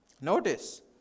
Notice